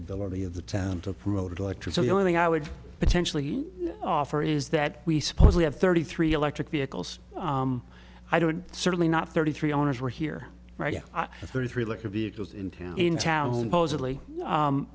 ability of the town to promoted electricity only thing i would potentially offer is that we supposedly have thirty three electric vehicles i don't certainly not thirty three owners were here right now thirty three liquor vehicles in town in town impos